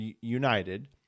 united